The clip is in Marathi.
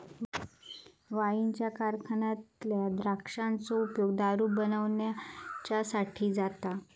वाईनच्या कारखान्यातल्या द्राक्षांचो उपयोग दारू बनवच्यासाठी जाता